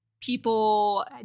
people